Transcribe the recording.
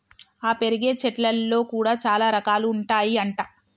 ఆ పెరిగే చెట్లల్లో కూడా చాల రకాలు ఉంటాయి అంట